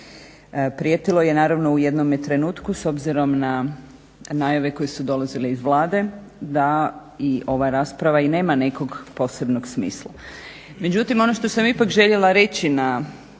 Prijetilo je naravno u jednome trenutku s obzirom na najave koje su dolazile iz Vlade da i ova rasprava i nema nekog posebnog smisla.